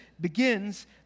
begins